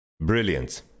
Brilliant